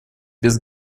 без